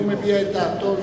הוא מביע את דעתו,